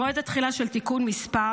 מועד התחילה של תיקון מס'